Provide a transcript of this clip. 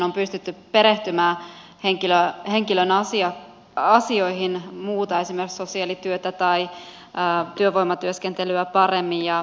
on pystytty perehtymään henkilön asioihin esimerkiksi sosiaalityötä tai työvoimatyöskentelyä paremmin